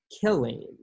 killing